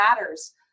matters